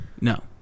No